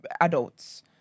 adults